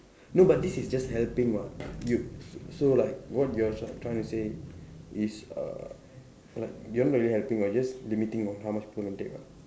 no but this is just helping what you so so like what you are tr~ trying to say is uh like they're not really helping they're just limiting on how much people want take what